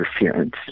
interference